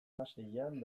hamaseian